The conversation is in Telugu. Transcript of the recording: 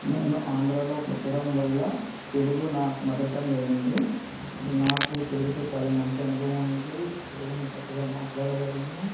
నేను ఆంధ్రాలో పుట్టడం వల్ల తెలుగు నా మదర్ టంగ్ అయ్యింది నాకు తెలుగుతో చాలా మంచి అనుభవముంది తెలుగును చక్కగా మాట్లాడగలను